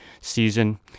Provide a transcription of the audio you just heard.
season